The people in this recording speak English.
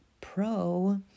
pro